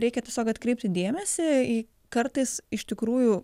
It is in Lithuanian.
reikia tiesiog atkreipti dėmesį į kartais iš tikrųjų